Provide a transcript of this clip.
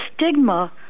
stigma